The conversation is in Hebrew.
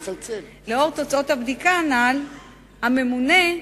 לאור תוצאות הבדיקה הנ"ל נקט הממונה,